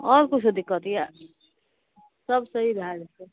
आओर किछो दिक्कत यए सभ सही भए जेतै